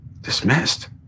dismissed